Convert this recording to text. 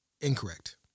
Incorrect